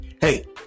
hey